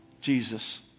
Jesus